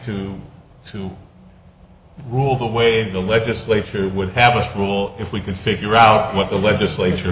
to to rule the way the legislature would papist rule if we can figure out what the legislature